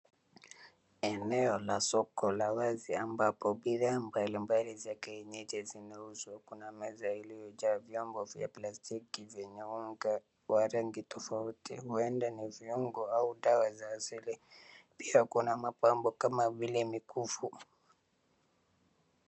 Eneo la soko la wazi ambapo bidhaa mbalimbali za kienyeji zinauzwa. Kuna meza iliyojaa vyombo vya plastiki vyenye unga wa rangi tofauti, huenda ni viungo au dawa za asili. Pia kuna mapambo kama vile mikufu.